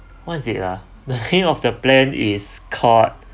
what is it ah the name of the plan is called